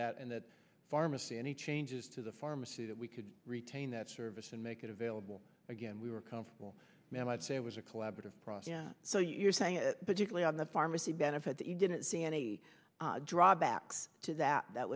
that and that pharmacy any changes to the pharmacy that we could retain that service and make it available again we were comfortable ma'am i'd say it was a collaborative process so you're saying it particularly on the pharmacy benefit that you didn't see any drawbacks to that that